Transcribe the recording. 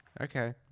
Okay